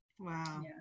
wow